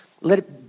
let